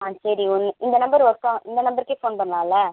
ஆ சரி ஒன்று இந்த நம்பர் ஒர்க் ஆகும் இந்த நம்பருக்கே ஃபோன் பண்ணலாம்ல